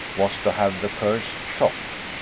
was to have the first shot.